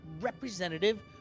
representative